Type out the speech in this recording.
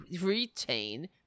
retain